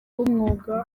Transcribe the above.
b’umwuga